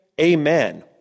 amen